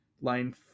line